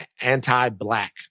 anti-black